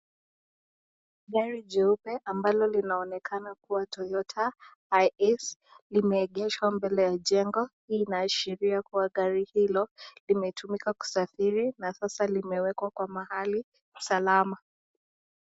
Gari jeupe ambalo linaonekana kuwa Toyota IS, limeegeshwa mbele ya jengo. Hii inaashiria kuwa gari hilo limetumika kusafiri na sasa limewekwa kwa mahali salama.